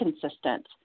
consistent